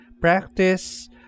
practice